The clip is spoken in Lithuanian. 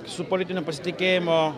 su politinio pasitikėjimo